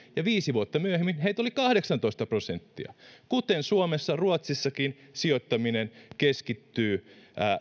ja viisi vuotta myöhemmin heitä oli kahdeksantoista prosenttia kuten suomessa ruotsissakin sijoittaminen keskittyy